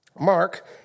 Mark